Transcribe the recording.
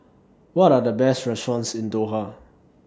What Are The Best restaurants in Doha